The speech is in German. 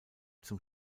zum